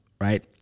right